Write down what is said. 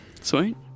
Sweet